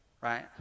right